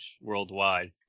worldwide